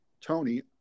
Tony